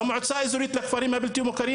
במועצה האזורית לכפרים הבלתי מוכרים